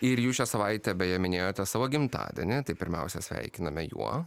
ir jūs šią savaitę beje minėjote savo gimtadienį tai pirmiausia sveikiname juo